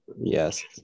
Yes